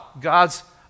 God's